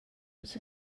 was